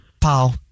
Pow